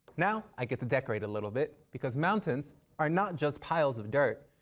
now, i get to decorate a little bit because mountains are not just piles of dirt,